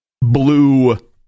blue